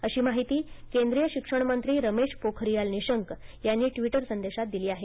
अशी माहिती केंद्रिय शिक्षणमंत्री रमेश पोखरियाल निशंक यांनी ट्विटर संदेशांत दिली आहे